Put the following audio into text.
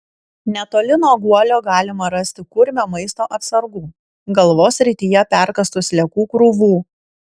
netoli nuo guolio galima rasti kurmio maisto atsargų galvos srityje perkąstų sliekų krūvų